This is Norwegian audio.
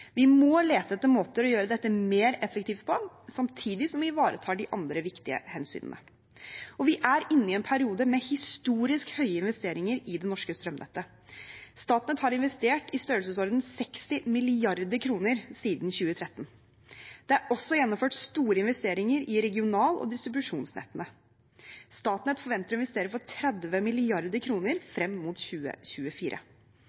Vi må lete etter måter å gjøre dette mer effektivt på, samtidig som vi ivaretar de andre viktige hensynene. Vi er inne i en periode med historisk høye investeringer i det norske strømnettet. Statnett har investert i størrelsesorden 60 mrd. kr siden 2013. Det er også gjennomført store investeringer i regional- og distribusjonsnettene. Statnett forventer å investere for 30